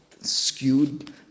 skewed